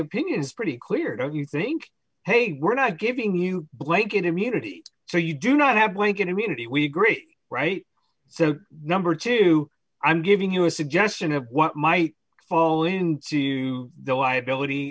opinion is pretty clear don't you think hey we're not giving you blanket immunity so you do not have blanket immunity we agree right so number two i'm giving you a suggestion of what might fall into the liability